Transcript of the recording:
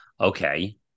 okay